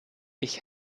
ich